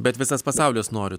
bet visas pasaulis nori